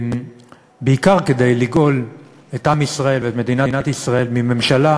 בעיקר כדי לגאול את עם ישראל ואת מדינת ישראל מממשלה